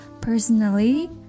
personally